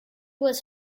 was